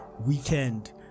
weekend